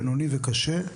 בינוני וקשה.